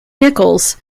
nichols